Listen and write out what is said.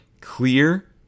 clear